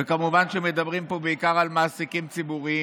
וכמובן שמדברים פה בעיקר על מעסיקים ציבוריים,